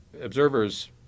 Observers